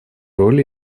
роль